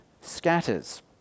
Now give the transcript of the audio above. scatters